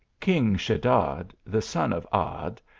king sheddad, the son of ad,